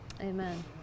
Amen